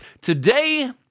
Today